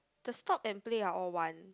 the stop and play are all one